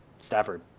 Stafford